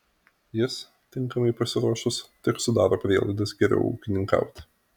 jis tinkamai pasiruošus tik sudaro prielaidas geriau ūkininkauti